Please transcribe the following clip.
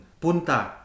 Punta